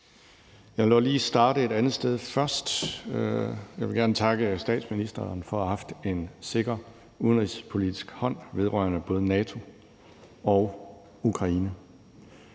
Jeg vil dog lige starte et andet sted først. Jeg vil gerne takke statsministeren for at have haft en sikker udenrigspolitisk hånd vedrørende både NATO og Ukraine.